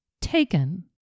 taken